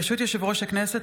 ברשות יושב-ראש הכנסת,